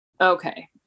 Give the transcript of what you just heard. Okay